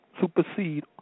supersede